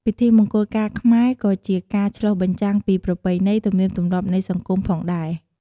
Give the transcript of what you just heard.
ពិធីមង្គលការខ្មែរក៏ជាការឆ្លុះបញ្ចាំងពី ប្រពៃណី ទំនៀមទំម្លាប់នៃសង្គម ផងដែរ។